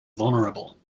vulnerable